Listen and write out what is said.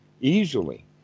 easily